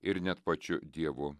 ir net pačiu dievu